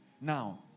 Now